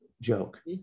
joke